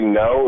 no